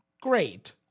great